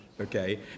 okay